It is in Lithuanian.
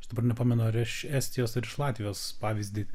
aš dabar nepamenu ar iš estijos ar iš latvijos pavyzdį